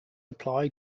apply